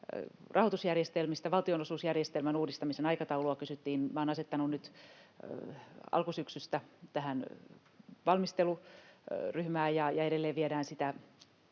rahoitusjärjestelmistä. Valtionosuusjärjestelmän uudistamisen aikataulua kysyttiin. Minä olen asettanut nyt alkusyksystä tähän valmisteluryhmää, ja edelleen viedään sitä